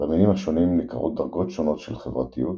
במינים השונים ניכרות דרגות שונות של חברתיות,